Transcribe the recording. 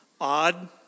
odd